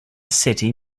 city